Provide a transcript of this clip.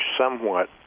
somewhat